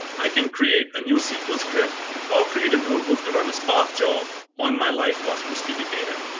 i can create a new sql script or create a notebook to run a spark job on my live cosmos db data.